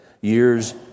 years